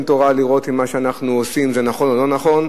תורה לראות אם מה שאנחנו עושים נכון או לא נכון.